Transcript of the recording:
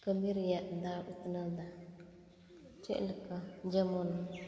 ᱠᱟᱹᱢᱤ ᱨᱮᱭᱟᱜ ᱫᱟᱣ ᱩᱛᱱᱟᱹᱣ ᱮᱫᱟ ᱪᱮᱫᱞᱮᱠᱟ ᱡᱮᱢᱚᱱ